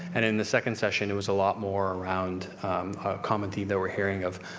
and in the second session, it was a lot more around common theme that we're hearing of,